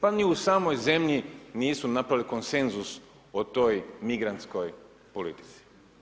Pa ni u samoj zemlji nisu napravili konsenzus o toj migrantskoj politici.